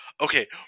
Okay